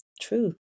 True